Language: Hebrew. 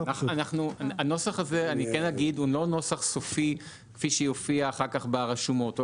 הנוסח הזה לא סופי כפי שיופיע אחר כך ברשומות.